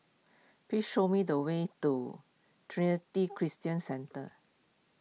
please show me the way to Trinity Christian Centre